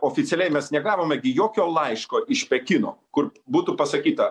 oficialiai mes negavome gi jokio laiško iš pekino kur būtų pasakyta